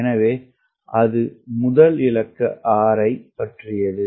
எனவே அது முதல் இலக்க 6 ஐப் பற்றியது